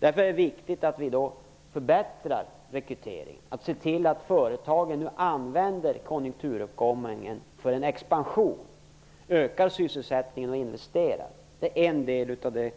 Därför är det viktigt att vi underlättar rekrytering och ser till att företagen nu använder konjunkturuppgången för en expansion, ökar sysselsättningen och investerar. Det är en del av den